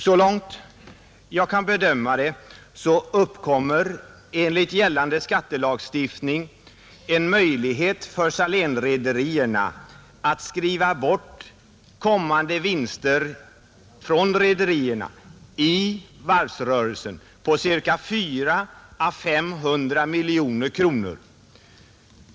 Så långt jag kan bedöma, uppkommer enligt gällande skattelagstiftning en möjlighet för Salénrederierna att i varvsrörelsen skriva bort kommande vinster från rederierna på 400 å 500 miljoner kronor.